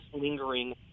lingering